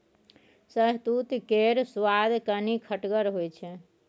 शहतुत केर सुआद कनी खटगर होइ छै